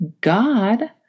god